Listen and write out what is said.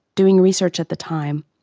doing research at the time,